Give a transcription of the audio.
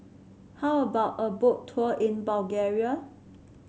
how about a Boat Tour in Bulgaria